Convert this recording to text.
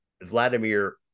Vladimir